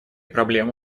проблемы